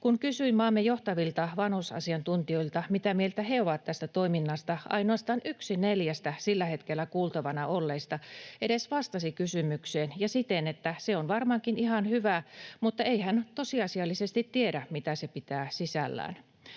Kun kysyin maamme johtavilta vanhusasiantuntijoilta, mitä mieltä he ovat tästä toiminnasta, ainoastaan yksi neljästä sillä hetkellä kuultavana olleista edes vastasi kysymykseen ja siten, että se on varmaankin ihan hyvä, mutta ei hän tosiasiallisesti tiedä, mitä se pitää sisällään.